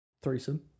threesome